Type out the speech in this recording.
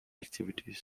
activity